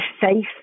safe